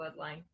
bloodline